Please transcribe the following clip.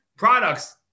products